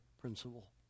principle